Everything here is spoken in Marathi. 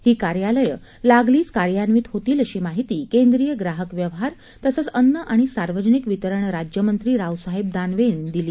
ही कार्यालयं लागलीच कार्यान्वित होतील अशी माहिती केंद्रीय ग्राहक व्यवहार तसंच अन्न आणि सार्वजनिक वितरण राज्यमंत्री रावसाहेब दानवे यांनी दिली